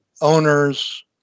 owners